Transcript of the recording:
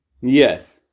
Yes